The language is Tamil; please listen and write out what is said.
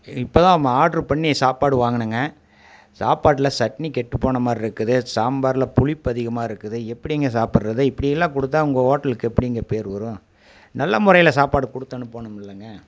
இ இப்போ தாம் ஆர்ட்ரு பண்ணி சாப்பாடு வாங்கினங்க சாப்பாட்டில் சட்னி கெட்டு போன மாரிருக்குது சாம்பாரில் புளிப்பு அதிகமாக இருக்குது எப்படிங்க சாப்பிட்றது இப்படியெல்லாம் கொடுத்தா உங்கள் ஹோட்டலுக்கு எப்படிங்க பேர் வரும் நல்ல முறையில சாப்பாடு கொடுத்து அனுப்பணும் இல்லைங்க